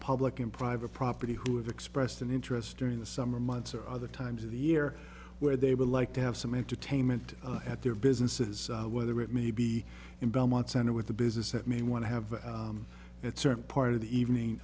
public and private property who have expressed an interest during the summer months or other times of the year where they would like to have some entertainment at their businesses whether it may be in belmont center with a business that may want to have that certain part of the evening